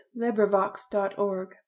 LibriVox.org